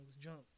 jump